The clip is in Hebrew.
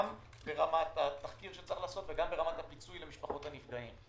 גם ברמת התחקיר שצריך לעשות וגם ברמת הפיצוי למשפחות הנפגעים.